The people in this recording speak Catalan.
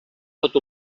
pot